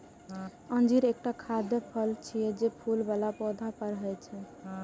अंजीर एकटा खाद्य फल छियै, जे फूल बला पौधा पर होइ छै